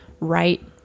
Right